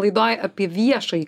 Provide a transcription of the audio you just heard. laidoj apie viešąjį